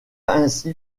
ainsi